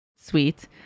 Sweet